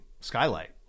skylight